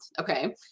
okay